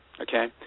Okay